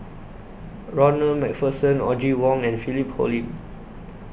Ronald MacPherson Audrey Wong and Philip Hoalim